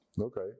Okay